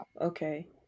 Okay